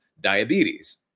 diabetes